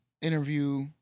interview